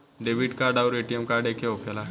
Debit card आउर ATM card एके होखेला?